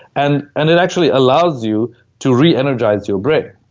and and it actually allows you to re-energize your brain.